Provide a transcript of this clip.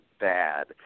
bad